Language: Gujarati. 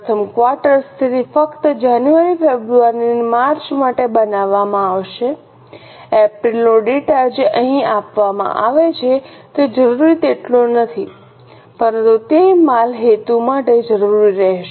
પ્રથમ ક્વાર્ટર તેથી ફક્ત જાન્યુ ફેબ્રુઆરી અને માર્ચ માટે બનાવવામાં આવશે એપ્રિલનો ડેટા જે અહીં આપવામાં આવે છે તે જરૂરી તેટલો નથી પરંતુ તે માલ હેતુ માટે જરૂરી રહેશે